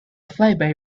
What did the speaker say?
flyby